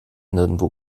nirgendwo